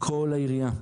כל העירייה,